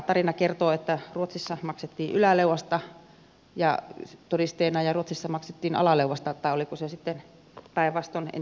tarina kertoo että ruotsissa maksettiin yläleuasta todisteena ja suomessa maksettiin alaleuasta tai oliko se sitten päinvastoin